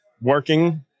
working